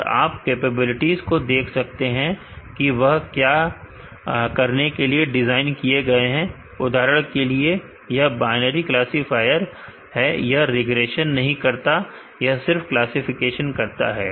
और आप कैपेबिलिटीज को देख सकते हैं कि वह क्या करने के लिए डिजाइन किए गए हैं उदाहरण के लिए यह बायनरी क्लासीफायर है यह रिग्रेशन नहीं करता यह सिर्फ क्लासिफिकेशन करता है